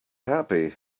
happy